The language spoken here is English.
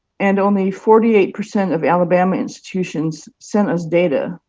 and only forty eight percent of alabama institutions sent us data,